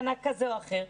או מענק כזה או אחר,